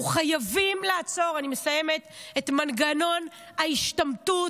אנחנו חייבים לעצור את מנגנון ההשתמטות